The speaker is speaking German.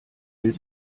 will